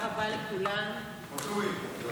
האכיפה והפיקוח העירוניים ברשויות המקומיות (הוראת שעה)